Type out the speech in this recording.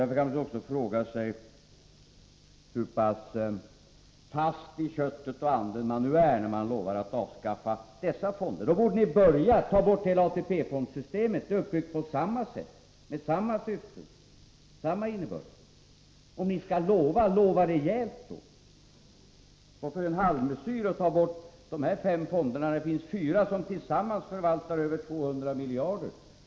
Därför kan man också fråga sig hur fast i köttet och anden man från den borgerliga sidan nu är när man lovar att avskaffa löntagarfonderna. Då borde man börja med att ta bort hela ATP fondssystemet — det är uppbyggt på samma sätt och har samma syften och innebörd. Om ni skall lova — lova rejält då! Varför bara en halvmesyr som att ta bort de nu föreslagna fem fonderna, när det finns fyra som tillsammans förvaltar över 200 miljarder!